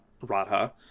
Radha